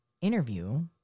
interview